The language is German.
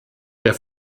der